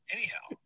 Anyhow